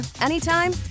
anytime